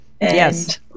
Yes